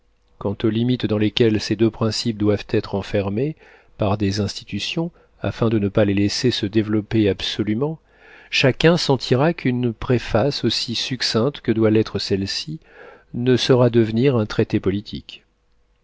quant aux limites dans lesquelles ces deux principes doivent être enfermés par des institutions afin de ne pas les laisser se développer absolument chacun sentira qu'une préface aussi succincte que doit l'être celle-ci ne saurait devenir un traité politique